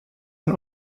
ein